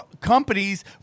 companies